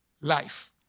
life